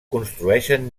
construeixen